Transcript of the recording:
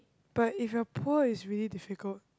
but if you're poor is really difficult